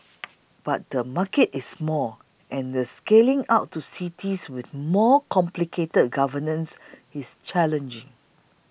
but the market is small and the scaling out to cities with more complicated governance is challenging